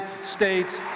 States